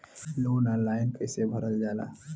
Loan online कइसे भरल जाला?